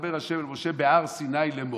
"וידבר ה' אל משה בהר סיני לאמר"?